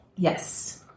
Yes